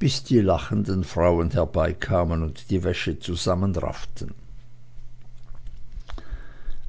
bis die lachenden frauen herbeikamen und die wäsche zusammenrafften